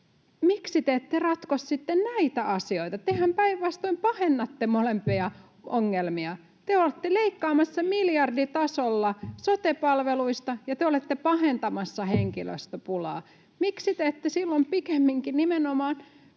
Miksi te ette ratko sitten näitä asioita? Tehän päinvastoin pahennatte molempia ongelmia. Te olette leikkaamassa miljarditasolla sote-palveluista, [Pia Sillanpään välihuuto] ja te olette pahentamassa henkilöstöpulaa. Miksi te ette silloin pikemminkin nimenomaan